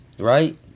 Right